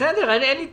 אין לי טענות,